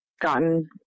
gotten